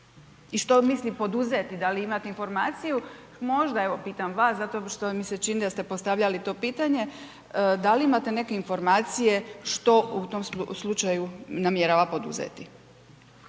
I što misli poduzeti? Da li imate informaciju, možda, evo pitam vas zato što mi se čini da ste postavljali to pitanje. Da li imate neke informacije što u tom slučaju namjerava poduzeti?